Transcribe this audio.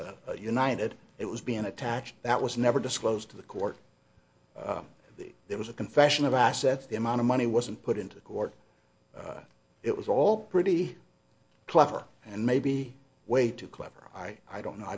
united it was being attached that was never disclosed to the court that there was a confession of assets the amount of money wasn't put into court it was all pretty clever and maybe way too clever i i don't know